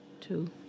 Two